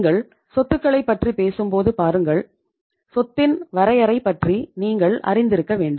நீங்கள் சொத்துக்களைப் பற்றி பேசும்போது பாருங்கள் சொத்தின் வரையறை பற்றி நீங்கள் அறிந்திருக்க வேண்டும்